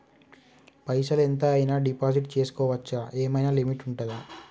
పైసల్ ఎంత అయినా డిపాజిట్ చేస్కోవచ్చా? ఏమైనా లిమిట్ ఉంటదా?